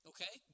Okay